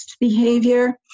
behavior